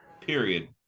period